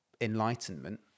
enlightenment